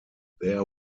there